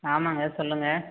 ஆமாம்ங்க சொல்லுங்கள்